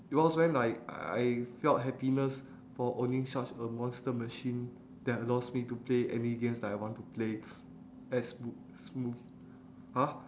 it was when like I felt happiness for owning such a monster machine that allows me to play any games that I want to play as sm~ smooth !huh!